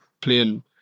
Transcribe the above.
playing